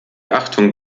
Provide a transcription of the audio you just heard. achtung